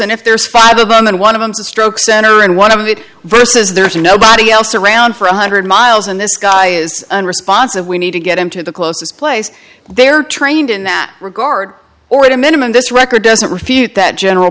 and if there's five of them and one of them is a stroke center and one of it versus there's nobody else around for one hundred miles and this guy is unresponsive we need to get him to the closest place they're trained in that regard or at a minimum this record doesn't refute that general